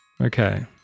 Okay